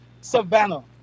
Savannah